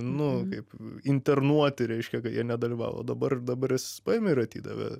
nu kaip internuoti reiškia kad jie nedalyvavo dabar dabar jis paėmė ir atidavė